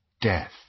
death